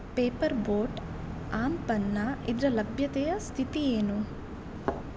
paper boat aam panna ಇದ್ರ ಲಭ್ಯತೆಯ ಸ್ಥಿತಿ ಏನು